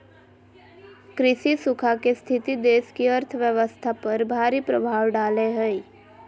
कृषि सूखा के स्थिति देश की अर्थव्यवस्था पर भारी प्रभाव डालेय हइ